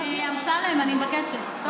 אמסלם, אני מבקשת, טוב?